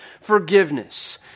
forgiveness